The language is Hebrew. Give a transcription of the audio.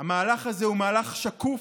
המהלך הזה הוא מהלך שקוף,